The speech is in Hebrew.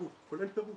כולל פירוט,